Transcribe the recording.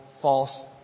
false